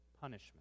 punishment